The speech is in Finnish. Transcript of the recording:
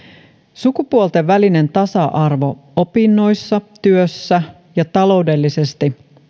sukupuolten välinen tasa arvo opinnoissa työssä ja taloudellisesti